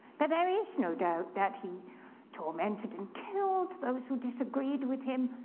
but there is no doubt that he tormented and killed those who disagreed with him,